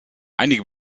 einige